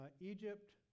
Egypt